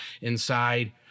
inside